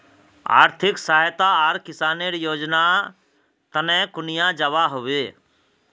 आर्थिक सहायता आर किसानेर योजना तने कुनियाँ जबा होबे?